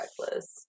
reckless